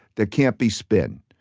there can't be spin.